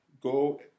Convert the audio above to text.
go